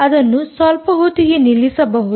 ಅದನ್ನು ಸ್ವಲ್ಪ ಹೊತ್ತಿಗೆ ನಿಲ್ಲಿಸಬಹುದೇ